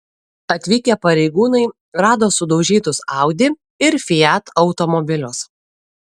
atvykę pareigūnai rado sudaužytus audi ir fiat automobilius